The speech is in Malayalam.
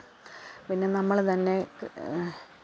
പിന്നെ നമ്മൾ തന്നെ